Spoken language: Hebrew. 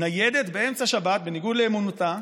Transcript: ניידת באמצע שבת, בניגוד לאמונתה,